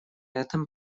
этом